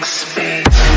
space